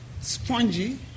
spongy